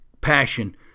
passion